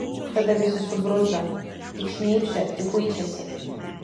tada visi subruzdo tik šnypščia tik kuičiasi